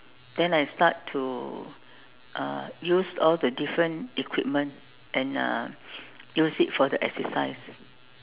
then I start to uh use all the different equipment and uh use it for the exercise